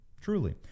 truly